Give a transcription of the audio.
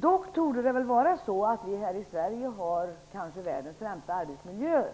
Dock torde det vara så att vi i Sverige har kanske världens främsta arbetsmiljöer,